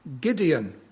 Gideon